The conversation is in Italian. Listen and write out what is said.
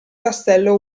castello